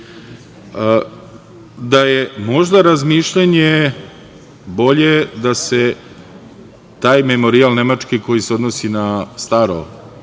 da je možda razmišljanje bolje da se taj memorijal nemački koji se odnosi na staro